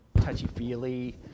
touchy-feely